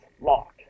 locked